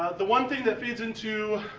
the one thing that feeds into,